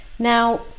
Now